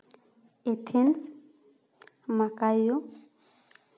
ᱤᱛᱷᱮᱱ ᱢᱟᱠᱟᱭᱳ